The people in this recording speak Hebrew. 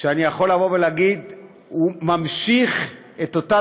שאני יכול לבוא ולהגיד שהוא ממשיך את אותה